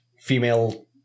female